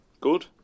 Good